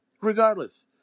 Regardless